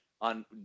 on